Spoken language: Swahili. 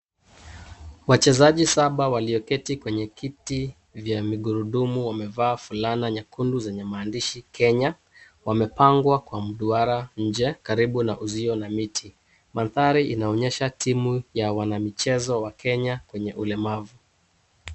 Wachezaji saba walioketi kwenye kiti vya magurundumu wamevaa fulana nyekundu zenye maandishi Kenya. Wamepangwa kwa mduara nje karibu na uzio karibu na miti. Mandhari inaonyesha timu ya wanamichezo wa Kenya kwenye ulemavu.